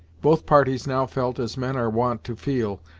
both parties now felt as men are wont to feel,